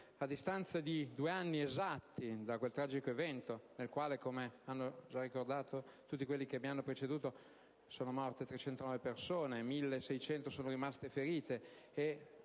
a distanza di due anni esatti da quel tragico evento nel quale, come hanno ricordato i colleghi che mi hanno preceduto, sono morte 309 persone, 1.600 sono rimaste ferite